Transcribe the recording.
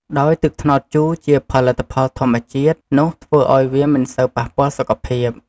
ដោយទឹកត្នោតជូរជាផលិតផលធម្មជាតិ នោះធ្វើឱ្យវាមិនសូវប៉ះពាល់សុខភាព។